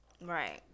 Right